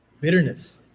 bitterness